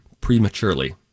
Prematurely